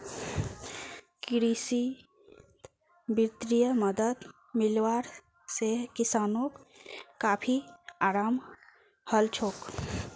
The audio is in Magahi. कृषित वित्तीय मदद मिलवा से किसानोंक काफी अराम हलछोक